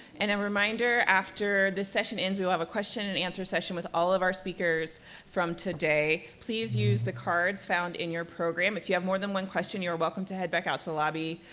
and a remainder, after this session ends, we will have a question and answer session with all of our speakers from today. please use the cards found in your program. if you have more than one question, you are welcome to head back out to the lobby,